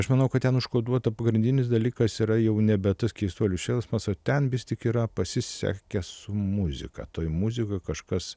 aš manau kad ten užkoduota pagrindinis dalykas yra jau nebe tas keistuolių šėlsmas ar ten vis tik yra pasisekę su muzika toje muzikoje kažkas